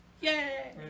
yay